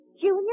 Junior